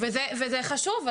וזה חשוב,